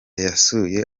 yasuye